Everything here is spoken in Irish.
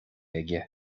aige